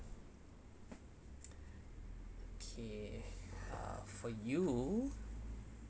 okay uh for you